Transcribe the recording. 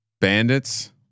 bandits